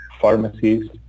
pharmacies